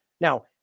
Now